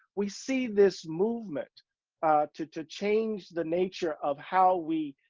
we see this movement to to change the nature of how we,